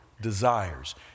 desires